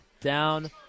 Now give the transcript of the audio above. down